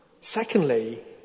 Secondly